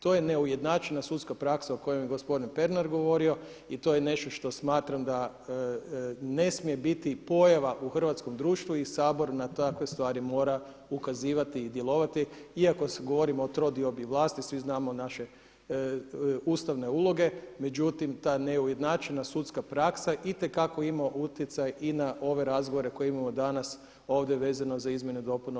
To je neujednačena sudska praksa o kojoj je gospodin Pernar govorio i to je nešto što smatram da ne smije biti pojava u hrvatskom društvu i Sabor na takve stvari mora ukazivati i djelovati iako govorimo o trodiobi vlasti, svi znamo naše ustavne uloge, međutim ta neujednačena sudska praksa itekako ima utjecaj i na ove razgovore koje imamo danas ovdje vezano za izmjene dopuna ovoga zakona.